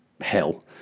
hell